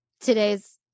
today's